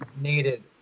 needed